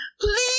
Please